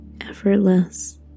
Effortless